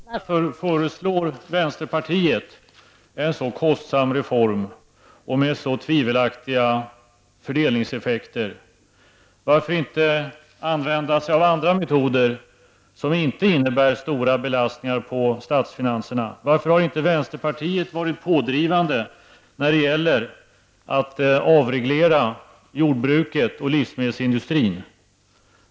Herr talman! Lars Bäckström tog på nytt upp frågan om lägre matmoms. Men vi får inte veta hur en sådan kostsam åtgärd skall finansieras -- och det är ofta som man inte får veta det. Jag måste dock fråga: Varför föreslår vänsterpartiet en sådan kostsam reform, som har så tvivelaktiga fördelningseffekter? Varför inte använda sig av andra metoder som inte innebär en stor belastning på statsfinanserna? Varför har inte vänsterpartiet varit pådrivande när det gäller att avreglera jordbruket och livsmedelsindustrin?